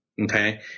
okay